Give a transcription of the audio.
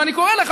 ואני קורא לך,